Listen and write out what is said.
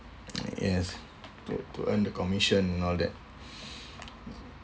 yes to to earn the commission and all that